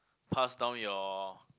pass down your